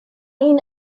ihn